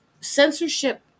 censorship